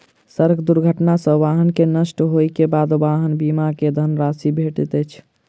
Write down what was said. सड़क दुर्घटना सॅ वाहन के नष्ट होइ के बाद वाहन बीमा के धन राशि भेटैत अछि